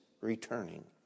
returning